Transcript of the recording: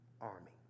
army